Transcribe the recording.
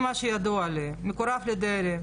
אגב, מי שנבחר כרב עיר הוא חייב לגור באותו מקום.